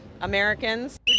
Americans